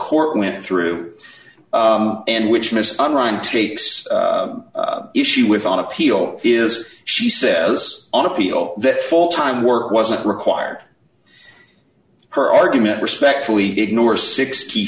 court went through and which miss on run takes issue with on appeal is she says on appeal that full time work wasn't required her argument respectfully ignore sixty